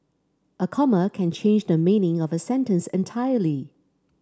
a comma can change the meaning of a sentence entirely